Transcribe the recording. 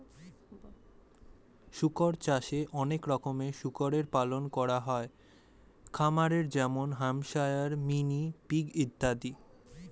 শুকর চাষে অনেক রকমের শুকরের পালন করা হয় খামারে যেমন হ্যাম্পশায়ার, মিনি পিগ ইত্যাদি